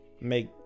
Make